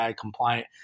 compliant